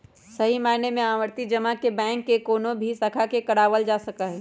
सही मायने में आवर्ती जमा के बैंक के कौनो भी शाखा से करावल जा सका हई